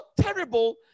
terrible